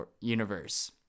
universe